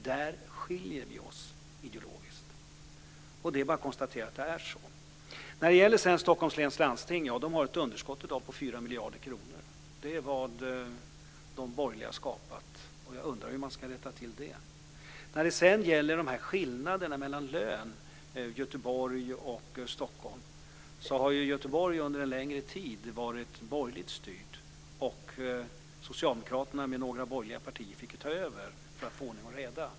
Där skiljer vi oss åt ideologiskt. Det är bara att konstatera att det är så. Stockholms läns landsting har ett underskott i dag på fyra miljarder kronor. Det är vad de borgerliga har skapat, och jag undrar hur man ska rätta till det. När det gäller skillnaderna i löner mellan Göteborg och Stockholm vill jag påpeka att Göteborg under en längre tid har varit borgerligt styrt. Socialdemokraterna med några borgerliga partier fick ta över för att få ordning och reda.